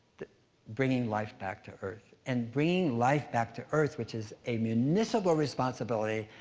bringing life back to earth, and bringing life back to earth, which is a municipal responsibility,